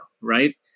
right